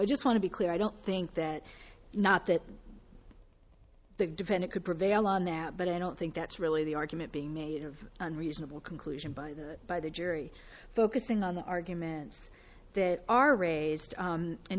i just want to be clear i don't think that not that the defendant could prevail on that but i don't think that's really the argument being made of unreasonable conclusion by the by the jury focusing on the arguments that are raised